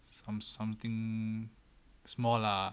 some something small lah